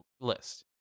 list